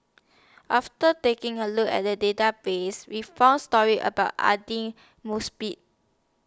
after taking A Look At The Database We found stories about Aidli Mosbit